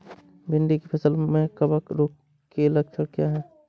भिंडी की फसल में कवक रोग के लक्षण क्या है?